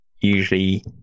usually